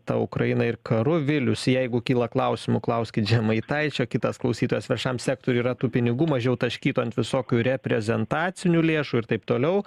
ta ukraina ir karu vilius jeigu kyla klausimų klauskit žemaitaičio kitas klausytojas viršam sektoriui yra tų pinigų mažiau taškyt ant visokių reprezentacinių lėšų ir taip toliau